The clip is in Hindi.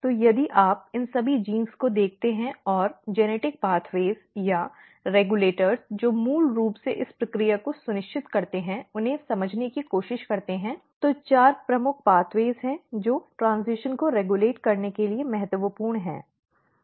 तो यदि आप इन सभी जीनों को देखते हैं और आनुवंशिक मार्ग या रिग्यलेटर जो मूल रूप से इस प्रक्रिया को सुनिश्चित करते हैं उन्हें समझने की कोशिश करते हैं तो चार प्रमुख मार्ग हैं जो ट्रेन्ज़िशन को रेग्यूलेट करने के लिए महत्वपूर्ण हैं